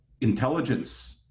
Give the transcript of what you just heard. intelligence